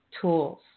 tools